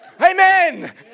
Amen